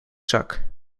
zak